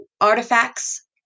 artifacts